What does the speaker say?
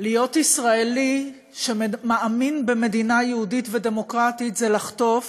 להיות ישראלי שמאמין במדינה יהודית ודמוקרטית זה לחטוף